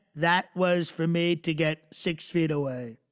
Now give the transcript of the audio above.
that was for me to get six feet away.